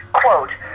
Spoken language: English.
quote